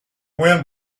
wind